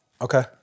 Okay